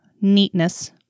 neatness